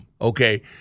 okay